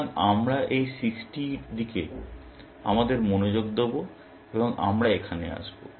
সুতরাং আমরা এই 60 এর দিকে আমাদের মনোযোগ দেব এবং আমরা এখানে আসব